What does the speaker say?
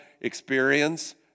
experience